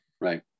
Right